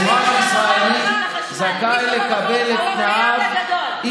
אזרח ישראלי זכאי לקבל את תנאיו,